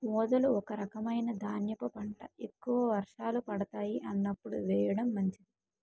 ఊదలు ఒక రకమైన ధాన్యపు పంట, ఎక్కువ వర్షాలు పడతాయి అన్నప్పుడు వేయడం మంచిది